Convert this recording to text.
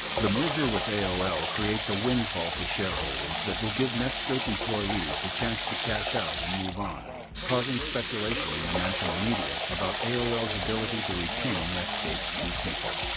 the merger with aol creates a windfall for shareholders that will give netscape employees the chance to cash out and move on, causing speculation in the national media about aol's ability to retain netscape's key people.